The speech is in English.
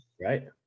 right